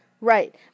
Right